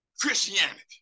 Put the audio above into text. Christianity